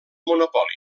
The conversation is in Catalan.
monopoli